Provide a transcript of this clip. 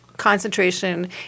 Concentration